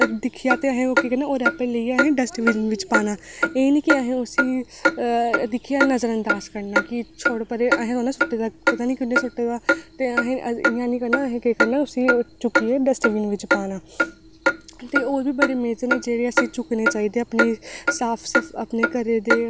खीर छोड़ी ओड़ी ते कन्नै में ते कन्नै में ते फ्ही में आटा लेइयै ते गोल गोल पेड़े बनाइयै ते अपने खमीरे बनाने लग्गी ते जेल्लै मेरी खीर में मेरी छोड़ी दी ही गैसे उप्पर ते फ्ही में केह् कीता फटाफट खमीरे बी बेले ते उसी रक्खे ते उसी तलने लग्गी बल्लें बल्लें